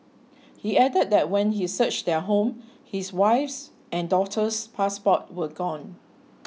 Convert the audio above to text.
he added that when he searched their home his wife's and daughter's passports were gone